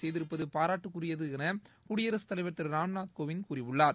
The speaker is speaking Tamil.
செய்திருப்பதுபாராட்டுக்குரியது என குடியரசுத் தலைவர் திரு ராம்நாத் கோவிந்த் கூறியுள்ளார்